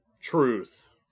Truth